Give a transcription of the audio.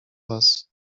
was